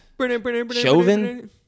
Chauvin